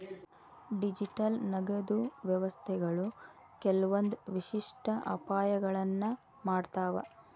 digital ನಗದು ವ್ಯವಸ್ಥೆಗಳು ಕೆಲ್ವಂದ್ ವಿಶಿಷ್ಟ ಅಪಾಯಗಳನ್ನ ಮಾಡ್ತಾವ